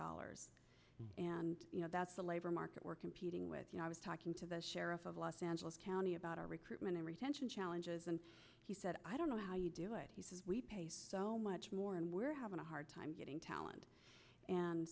dollars and that's the labor market we're competing with you know i was talking to the sheriff of los angeles county about our recruitment and retention challenges and he said i don't know how you do it we pay so much more and we're having a hard time getting talent and